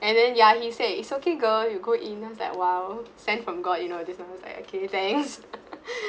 and then ya he say it's okay girl you go in lah I was like !wow! sent from god you know this one I was like okay thanks